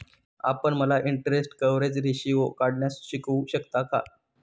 आपण मला interest coverage ratio काढण्यास शिकवू शकता का?